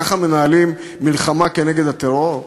ככה מנהלים מלחמה כנגד הטרור?